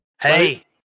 hey